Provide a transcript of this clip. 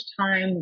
time